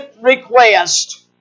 request